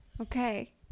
Okay